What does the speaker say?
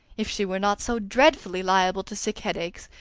if she were not so dreadfully liable to sick headaches,